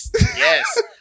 Yes